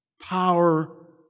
Power